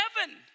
heaven